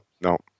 no